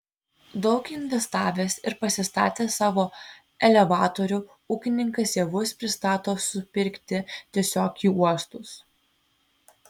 daug investavęs ir pasistatęs savo elevatorių ūkininkas javus pristato supirkti tiesiog į uostus